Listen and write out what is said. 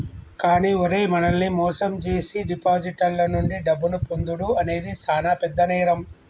కానీ ఓరై మనల్ని మోసం జేసీ డిపాజిటర్ల నుండి డబ్బును పొందుడు అనేది సాన పెద్ద నేరం